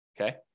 okay